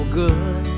good